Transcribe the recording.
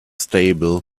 stable